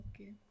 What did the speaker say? okay